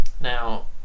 Now